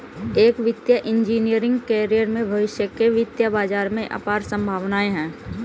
एक वित्तीय engineering career में भविष्य के वित्तीय बाजार में अपार संभावनाएं हैं